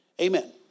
Amen